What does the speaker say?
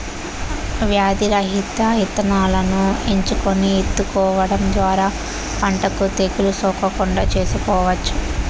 వ్యాధి రహిత ఇత్తనాలను ఎంచుకొని ఇత్తుకోవడం ద్వారా పంటకు తెగులు సోకకుండా చూసుకోవచ్చు